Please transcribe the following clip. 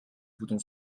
bouton